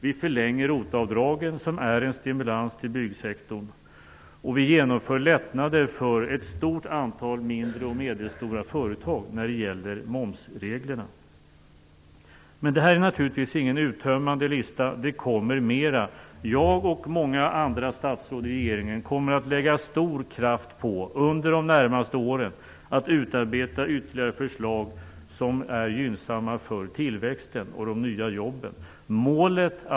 Vi förlänger ROT-avdragen, som är en stimulans till byggsektorn, och vi genomför lättnader för ett stort antal mindre och medelstora företag när det gäller momsreglerna. Detta är naturligtvis ingen uttömmande lista. Det kommer mera. Jag och många andra statsråd i regeringen kommer under de närmaste åren att lägga stor kraft vid att utarbeta ytterligare förslag som är gynnsamma för tillväxten och de nya jobben.